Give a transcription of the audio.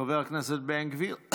חבר הכנסת בן גביר,